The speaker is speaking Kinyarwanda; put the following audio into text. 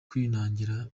kwinangira